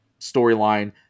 storyline